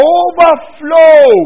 overflow